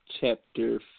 chapter